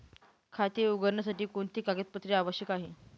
खाते उघडण्यासाठी कोणती कागदपत्रे आवश्यक आहे?